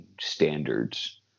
standards